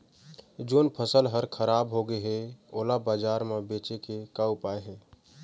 जोन फसल हर खराब हो गे हे, ओला बाजार म बेचे के का ऊपाय हे?